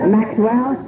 Maxwell